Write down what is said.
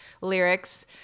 lyrics